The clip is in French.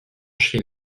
chez